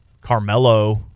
Carmelo